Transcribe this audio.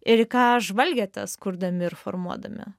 ir į ką žvalgėtės kurdami ir formuodami